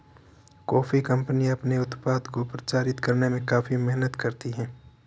coffee कंपनियां अपने उत्पाद को प्रचारित करने में काफी मेहनत करती हैं